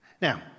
Now